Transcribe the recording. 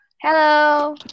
Hello